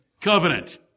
Covenant